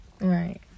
Right